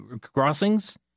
crossings